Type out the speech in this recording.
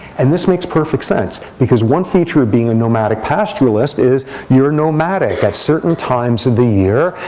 and this makes perfect sense, because one feature of being a nomadic pastoralist is you're nomadic. at certain times of the year,